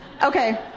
Okay